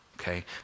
okay